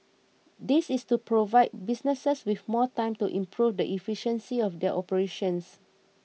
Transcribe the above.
this is to provide businesses with more time to improve the efficiency of their operations